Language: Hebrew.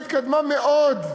היא התקדמה מאוד.